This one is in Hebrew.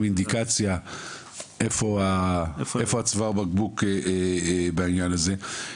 אינדיקציה איפה צוואר הבקבוק בעניין הזה.